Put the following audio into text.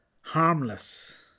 harmless